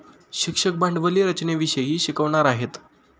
शिक्षक भांडवली रचनेविषयी शिकवणार आहेत